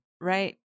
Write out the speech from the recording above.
Right